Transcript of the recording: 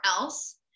else